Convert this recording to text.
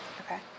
Okay